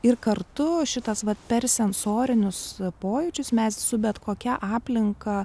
ir kartu šitas vat per sensorinius pojūčius mes su bet kokia aplinka